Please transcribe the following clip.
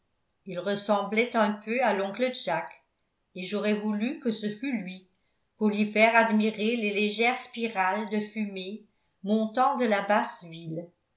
il ressemblait un peu à l'oncle jack et j'aurais voulu que ce fût lui pour lui faire admirer les légères spirales de fumée montant de la